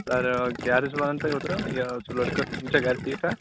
کیٛاہ حظ ٲسوٕ وَنان تُہۍ اوترٕ یہِ سُہ لٔڑکہٕ تِم چھےٚ گَرِ ٹھیٖک ٹھاک